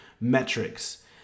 metrics